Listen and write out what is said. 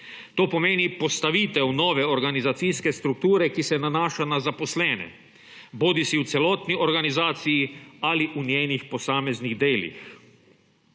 To pomeni postavitev nove organizacijske strukture, ki se nanaša na zaposlene, bodisi v celotni organizaciji ali v njenih posameznih delih.